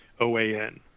oan